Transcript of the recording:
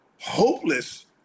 hopeless